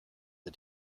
the